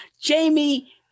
Jamie